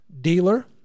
dealer